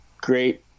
great